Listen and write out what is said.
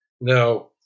Now